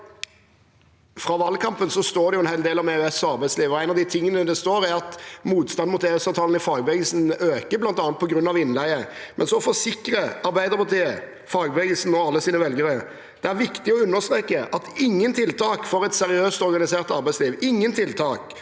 fra valgkampen står det en hel del om EØS og arbeidsliv. Noe av det som står, er at motstanden mot EØS-avtalen i fagbevegelsen øker bl.a. på grunn av innleie. Og så forsikrer Arbeiderpartiet fagbevegelsen og alle sine velgere: «Men det er viktig å understreke at ingen tiltak for et seriøst organisert arbeidsliv som er